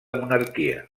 monarquia